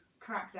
Crackdown